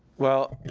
well,